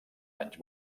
anys